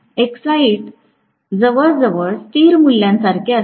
excite जवळजवळ स्थिर मूल्यासारखे असते